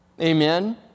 Amen